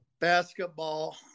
basketball